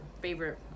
favorite